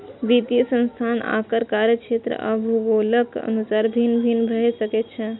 वित्तीय संस्थान आकार, कार्यक्षेत्र आ भूगोलक अनुसार भिन्न भिन्न भए सकै छै